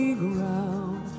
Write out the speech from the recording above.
ground